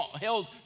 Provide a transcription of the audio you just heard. held